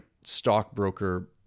stockbroker